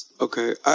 Okay